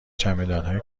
چمدانهای